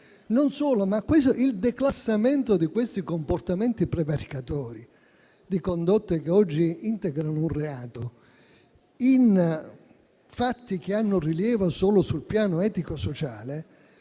il declassamento di questi comportamenti prevaricatori di condotte che oggi integrano un reato in fatti che hanno rilievo solo sul piano etico-sociale